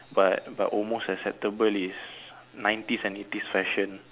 but but almost acceptable is nineties and eighties fashion